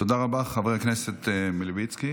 תודה רבה, חבר הכנסת מלביצקי.